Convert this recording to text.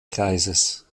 kreises